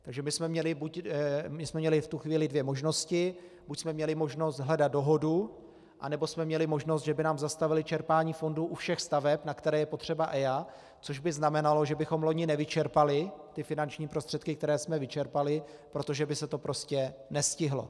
Takže jsme měli v tu chvíli dvě možnosti: buď jsme měli možnost hledat dohodu, anebo jsme měli možnost, že by nám zastavili čerpání fondů u všech staveb, na které je potřeba EIA, což by znamenalo, že bychom loni nevyčerpali finanční prostředky, které jsme vyčerpali, protože by se to prostě nestihlo.